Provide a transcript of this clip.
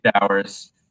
hours